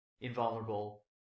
invulnerable